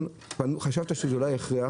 חשבת שאולי זה הכרח